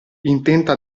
intenta